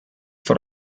for